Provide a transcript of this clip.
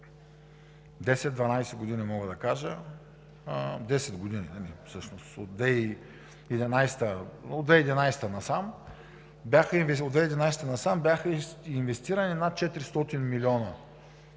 10 – 12 години, мога да кажа, 10 години всъщност – от 2011 г. насам, бяха инвестирани над 400 млн.